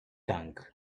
tank